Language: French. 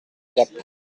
gap